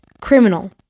criminal